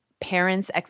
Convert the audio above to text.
parents